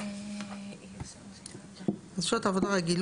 סליחה, אם אפשר, אני מבקש כדי שזה יהיה ברור.